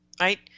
right